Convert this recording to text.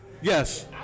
Yes